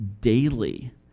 daily